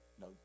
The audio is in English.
no